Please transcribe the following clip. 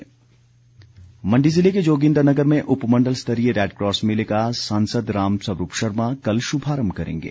Red Cross Mandi जिले के जोगिन्दरनगर में उपमण्डल स्तरीय रेडक्रॉस मेले का सांसद रामस्वरूप शर्मा कल शुभारम्भ करेंगे